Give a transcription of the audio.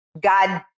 God